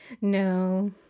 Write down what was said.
No